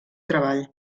treball